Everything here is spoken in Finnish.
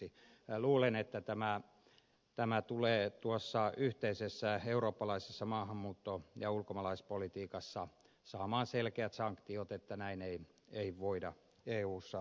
minä luulen että tämä tulee tuossa yhteisessä eurooppalaisessa maahanmuutto ja ulkomaalaispolitiikassa saamaan selkeät sanktiot että näin ei voida eussa menetellä